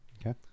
Okay